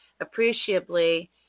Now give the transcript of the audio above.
appreciably